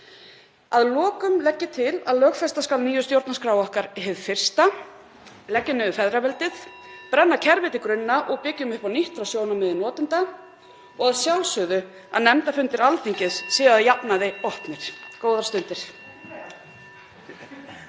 Að lokum legg ég til að lögfesta skuli hina nýju stjórnarskrá okkar hið fyrsta, leggja niður feðraveldið, brenna kerfið til grunna og byggja upp á nýtt frá sjónarmiði notenda og að sjálfsögðu að nefndarfundir Alþingis séu að jafnaði opnir. Góðar stundir.